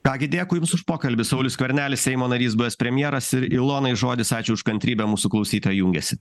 ką gi dėkui jums už pokalbį saulius skvernelis seimo narys buvęs premjeras ir ilonai žodis ačiū už kantrybę mūsų klausytoja jungiasi